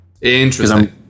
interesting